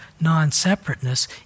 non-separateness